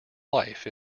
life